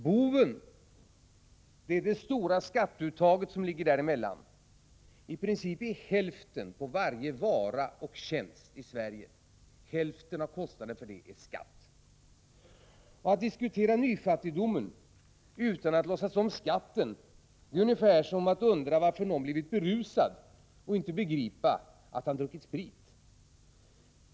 Boven är det stora skatteuttaget som ligger däremellan. I princip utgör hälften av en varas eller en tjänsts kostnad skatt. Att diskutera nyfattigdomen utan att låtsas om skatten är ungefär som att undra varför någon har blivit berusad och inte begripa att han druckit sprit.